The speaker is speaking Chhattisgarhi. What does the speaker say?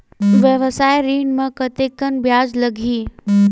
व्यवसाय ऋण म कतेकन ब्याज लगही?